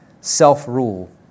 self-rule